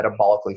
metabolically